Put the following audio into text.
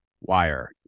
wire